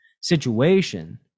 situation